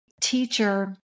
teacher